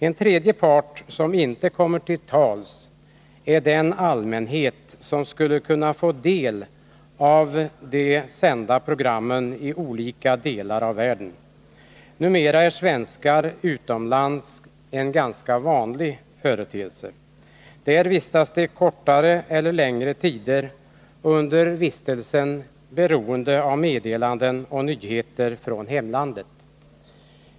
En tredje part, som inte kommer till tals, är den allmänhet som skulle kunna få del av de program som sänds i olika delar av världen. Numera är svenskar utomlands en ganska vanlig företeelse. Där vistas de kortare eller längre tider, och under utlandsvistelsen är de beroende av meddelanden och nyheter från hemlandet.